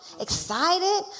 excited